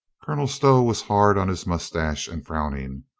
colonel stow was hard on his moustachio and frowning.